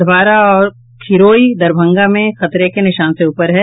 अधावारा और खिरोई दरभंगा में खतरे के निशान के ऊपर है